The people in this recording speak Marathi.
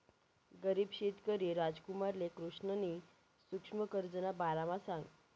गरीब शेतकरी रामकुमारले कृष्णनी सुक्ष्म कर्जना बारामा सांगं